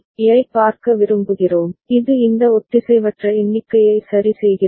யைப் பார்க்க விரும்புகிறோம் இது இந்த ஒத்திசைவற்ற எண்ணிக்கையை சரி செய்கிறது